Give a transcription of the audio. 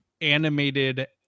animated